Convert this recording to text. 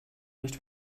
nicht